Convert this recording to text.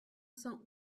cent